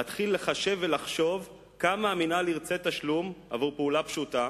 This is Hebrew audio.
להתחיל לחשב ולחשוב כמה תשלום ירצה המינהל עבור פעולה פשוטה?